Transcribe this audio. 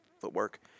footwork